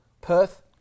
Perth